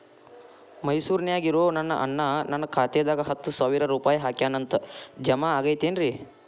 ಮೈಸೂರ್ ನ್ಯಾಗ್ ಇರೋ ನನ್ನ ಅಣ್ಣ ನನ್ನ ಖಾತೆದಾಗ್ ಹತ್ತು ಸಾವಿರ ರೂಪಾಯಿ ಹಾಕ್ಯಾನ್ ಅಂತ, ಜಮಾ ಆಗೈತೇನ್ರೇ?